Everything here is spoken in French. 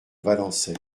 valençay